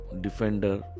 Defender